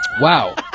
Wow